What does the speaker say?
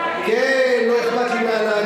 כן, לא אכפת לי מהנהגים.